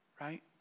Right